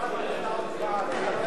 בטעות בעד.